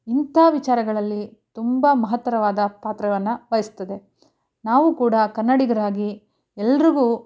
ಇಂಥ ವಿಚಾರಗಳಲ್ಲಿ ತುಂಬ ಮಹತ್ತರವಾದ ಪಾತ್ರವನ್ನು ವಹಿಸ್ತದೆ ನಾವು ಕೂಡ ಕನ್ನಡಿಗರಾಗಿ ಎಲ್ರಿಗೂ